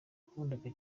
yakundaga